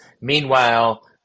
Meanwhile